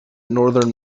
northern